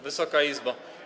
Wysoka Izbo!